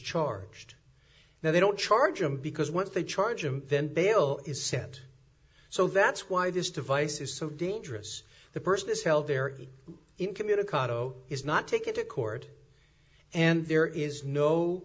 charged now they don't charge him because once they charge him then bail is set so that's why this device is so dangerous the person is held there incommunicado is not taken to court and there is no